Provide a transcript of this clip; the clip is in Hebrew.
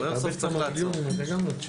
אבל יש לא מעט חנויות בעולם